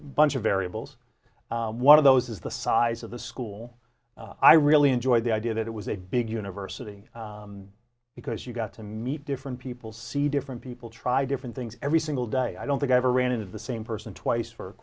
bunch of variables one of those is the size of the school i really enjoyed the idea that it was a big university because you've got to meet different people see different people try different things every single day i don't think i ever ran into the same person twice for